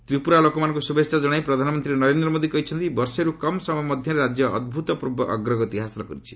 ତ୍ରିପୁରା ଲୋକମାନଙ୍କୁ ଶୁଭେଚ୍ଛା ଜଣାଇ ପ୍ରଧାନମନ୍ତ୍ରୀ ନରେନ୍ଦ୍ର ମୋଦି କହିଛନ୍ତି ବର୍ଷେରୁ କମ୍ ସମୟ ମଧ୍ୟରେ ରାଜ୍ୟ ଅଭୂତପୂର୍ବ ଅଗ୍ରଗତି ହାସଲ କରିଛି